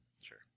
Sure